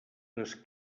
les